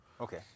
Okay